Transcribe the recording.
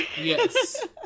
Yes